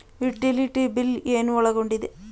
Utility bill ಏನು ಒಳಗೊಂಡಿದೆ?